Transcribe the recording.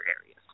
areas